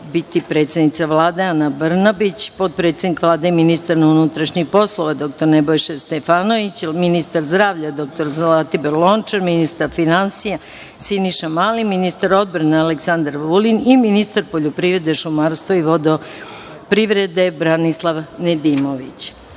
biti predsednica Vlade, Ana Brnabić, potpredsednik Vlade, ministar unutrašnjih poslova, dr Nebojša Stefanović, ministar zdravlja, dr Zlatibor Lončar, ministar finansija, Siniša Mali, ministar odbrane, Aleksandar Vulin i ministar poljoprivrede, šumarstva i vodoprivrede, Branislav Nedimović. Molim